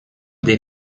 des